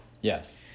Yes